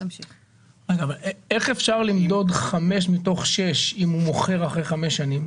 איך אפשר למדוד חמש מתוך שש אם הוא מוכר אחרי חמש שנים?